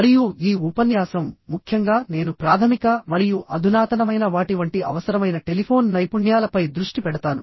మరియు ఈ ఉపన్యాసం ముఖ్యంగా నేను ప్రాథమిక మరియు అధునాతనమైన వాటి వంటి అవసరమైన టెలిఫోన్ నైపుణ్యాలపై దృష్టి పెడతాను